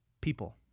People